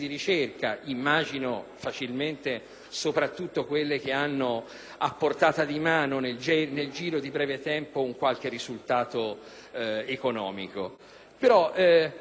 immagino soprattutto quelle che hanno a portata di mano nel giro di breve tempo un qualche risultato economico;